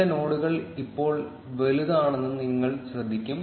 ചില നോഡുകൾ ഇപ്പോൾ വലുതാണെന്ന് നിങ്ങൾ ശ്രദ്ധിക്കും